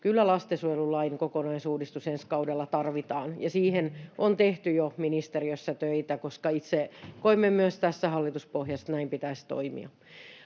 kyllä lastensuojelulain kokonaisuudistus ensi kaudella tarvitaan, ja siihen on jo tehty ministeriössä töitä, koska itse koimme myös tässä hallituspohjassa, että näin pitäisi toimia.